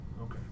Okay